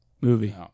Movie